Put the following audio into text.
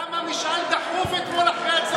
למה צריך משאל דחוף אתמול אחרי הצוהריים?